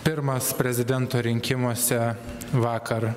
pirmas prezidento rinkimuose vakar